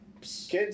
kids